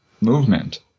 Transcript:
movement